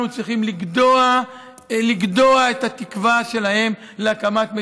אנחנו צריכים לגדוע את התקווה שלהם להקמת מדינה.